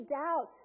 doubt